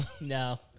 No